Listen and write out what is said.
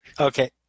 Okay